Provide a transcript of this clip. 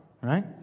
Right